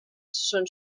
són